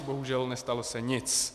Bohužel, nestalo se nic.